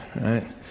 right